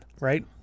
right